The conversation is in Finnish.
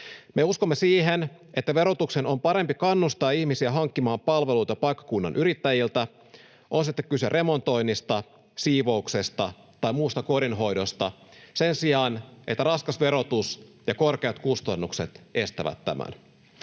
Me uskomme siihen, että verotuksen on parempi kannustaa ihmisiä hankkimaan palveluita paikkakunnan yrittäjiltä, on sitten kyse remontoinnista, siivouksesta tai muusta kodinhoidosta, sen sijaan, että raskas verotus ja korkeat kustannukset estävät tämän.